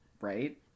right